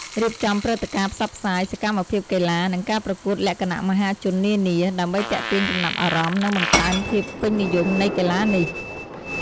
រៀបចំព្រឹត្តិការណ៍ផ្សព្វផ្សាយ សកម្មភាពកីឡា និងការប្រកួតលក្ខណៈមហាជននានា ដើម្បីទាក់ទាញចំណាប់អារម្មណ៍ និងបង្កើនភាពពេញនិយមនៃកីឡានេះ។